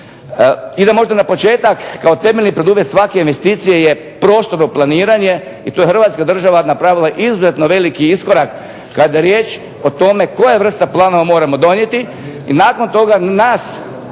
I da možda na početak, kao temeljni preduvjet svake investicije, je prostorno planiranje. I to je Hrvatska država napravila izuzetno veliki iskorak kada je riječ o tome koje vrste planova moramo donijeti i nakon toga nas